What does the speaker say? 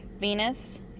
Venus